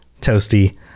toasty